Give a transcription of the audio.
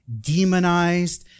demonized